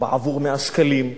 בעבור 100 שקלים.